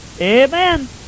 Amen